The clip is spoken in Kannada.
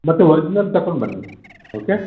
ಮತ್ತು ಒರಿಜಿನಲ್ ತಕೊಂಡು ಬನ್ನಿ ಓಕೆ